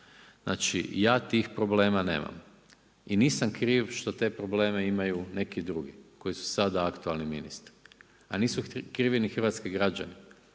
Znači ja tih problema nemam. I nisam kriv što te probleme imaju neki drugi koji su sada aktualni ministri. A nisu krivi ni hrvatski građani.